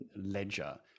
ledger